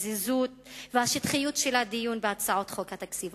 הפזיזות והשטחיות של הדיון בהצעת חוק התקציב.